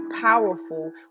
powerful